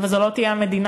אבל זו לא תהיה המדינה,